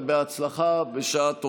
בהצלחה ובשעה טובה.